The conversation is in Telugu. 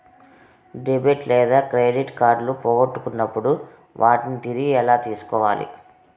డెబిట్ లేదా క్రెడిట్ కార్డులు పోగొట్టుకున్నప్పుడు వాటిని తిరిగి ఎలా తీసుకోవాలి